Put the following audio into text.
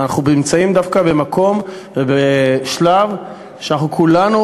אנחנו נמצאים דווקא במקום ובשלב שאנחנו כולנו